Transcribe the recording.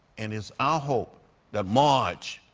and it's our hope that march,